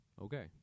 Okay